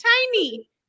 tiny